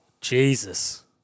Jesus